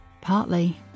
Partly